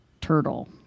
turtle